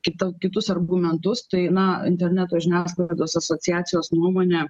kita kitus argumentus tai na interneto žiniasklaidos asociacijos nuomone